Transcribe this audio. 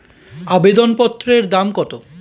আবেদন পত্রের দাম কত?